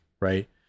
right